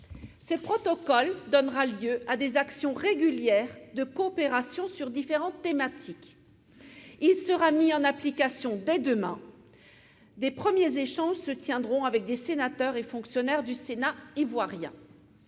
Ce protocole, qui donnera lieu à des actions régulières de coopération sur différentes thématiques, sera mis en application dès demain. Les premiers échanges se tiendront avec des sénateurs et fonctionnaires du Sénat ivoirien.